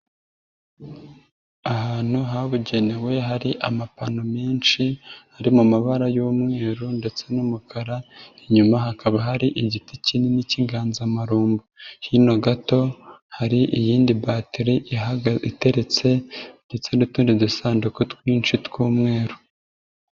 Ahantu habugenewe hari amapano menshi, ari mu mabara y'umweru ndetse n'umukara, inyuma hakaba hari igiti kinini cy'inganzamarumbo, hino gato hari iyindi batiri iteretse ndetse n'utundi dusanduku twinshi tw'umweru.